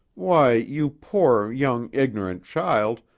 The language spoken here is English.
why, you poor, young, ignorant child,